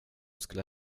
skulle